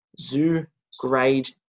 zoo-grade